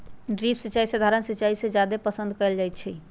drip सिंचाई सधारण सिंचाई से जादे पसंद कएल जाई छई